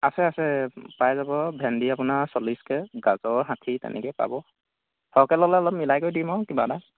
আছে আছে পাই যাব ভেণ্ডি আপোনাৰ চল্লিছকৈ গাজৰ ষাঠি তেনেকৈ পাব সৰহকৈ ল'লে অলপ মিলাই কৰি দিম আৰু কিবা এটা